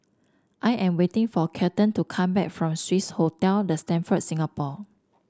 I am waiting for Kelton to come back from Swiss Hotel The Stamford Singapore